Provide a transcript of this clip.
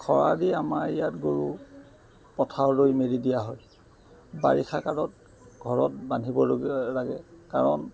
খৰালি আমাৰ ইয়াত গৰুক পথাৰলৈ মেলি দিয়া হয় বাৰিষাকালত ঘৰত বান্ধিব লাগে কাৰণ